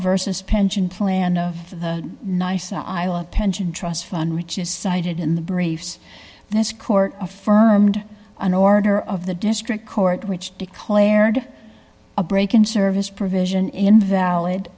versus pension plan of the nice island pension trust fund which is cited in the briefs as court affirmed an order of the district court which declared a break in service provision invalid